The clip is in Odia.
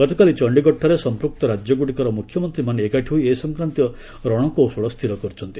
ଗତକାଲି ଚଣ୍ଡୀଗଡ଼ଠାରେ ସଂପୃକ୍ତ ରାଜ୍ୟଗୁଡ଼ିକର ମୁଖ୍ୟମନ୍ତ୍ରୀମାନେ ଏକାଠି ହୋଇ ଏ ସଂକ୍ରାନ୍ତୀୟ ରଣକୌଶଳ ସ୍ଥିର କରିଛନ୍ତି